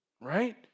right